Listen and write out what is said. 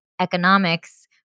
economics